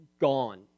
gone